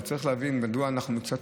אבל צריך להבין מדוע אנחנו קצת,